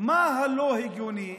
מה לא הגיוני?